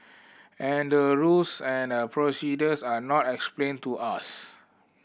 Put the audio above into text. and the rules and procedures are not explained to us